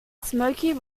smokey